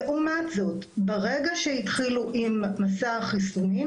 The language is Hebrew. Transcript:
לעומת זאת, ברגע שהתחילו עם מסע החיסונים